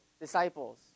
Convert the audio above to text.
disciples